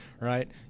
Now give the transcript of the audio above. right